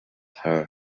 her